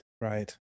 Right